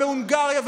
ובהונגריה,